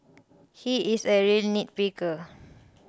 he is a real nitpicker